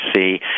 see